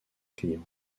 clients